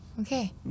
okay